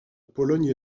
pologne